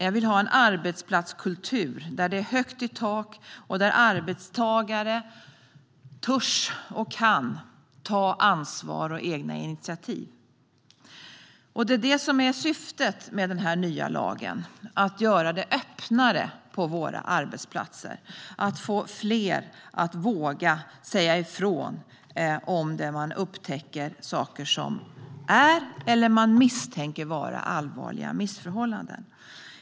Jag vill ha en arbetsplatskultur där det är högt i tak och där arbetstagare törs och kan ta ansvar och egna initiativ. Det är det som är syftet med den nya lagen - att göra det öppnare på våra arbetsplatser och få fler att våga säga ifrån om de upptäcker saker som innebär eller misstänks innebära allvarliga missförhållanden.